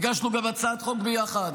גם הגשנו הצעת חוק ביחד,